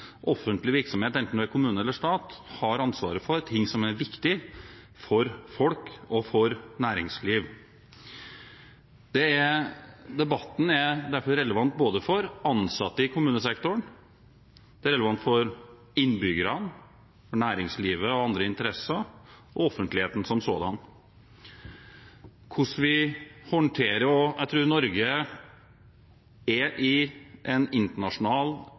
offentlig virksomhet, enten det er kommune eller stat, har ansvaret for ting som er viktige for folk og for næringsliv. Debatten er derfor relevant både for ansatte i kommunesektoren og for innbyggerne, for næringslivet, for andre interesser og for offentligheten som sådan. Jeg tror Norge er i en internasjonal